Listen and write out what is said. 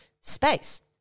space